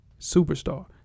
superstar